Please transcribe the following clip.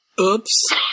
Oops